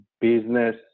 business